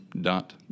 dot